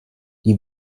die